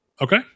Okay